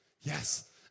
Yes